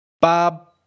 Bob